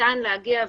ניתן להגיע,